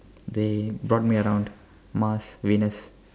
they brought me around Mars Venus